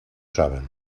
saben